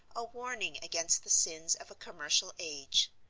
a warning against the sins of a commercial age.